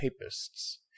papists